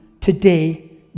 today